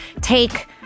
take